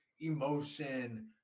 emotion